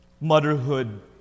Motherhood